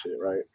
right